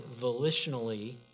volitionally